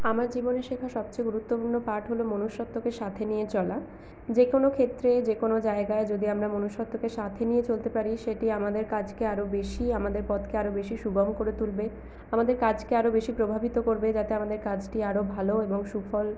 আমার জীবনে শেখা সবচেয়ে গুরুত্বপূর্ণ পাঠ হল মনুষ্যত্বকে সাথে নিয়ে চলা যেকোনও ক্ষেত্রেই যেকোনও জায়গায় যদি আমরা মনুষ্যত্বকে সাথে নিয়ে চলতে পারি সেটি আমাদের কাজকে আরও বেশি আমাদের পথকে আরও বেশি সুগম করে তুলবে আমাদের কাজকে আরও বেশি প্রভাবিত করবে যাতে আমাদের কাজটি আরও ভালো এবং সুফল